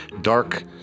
dark